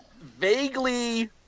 vaguely